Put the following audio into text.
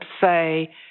say